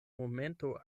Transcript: momento